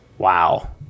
Wow